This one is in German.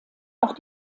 auch